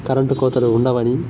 current కోతలు ఉండవని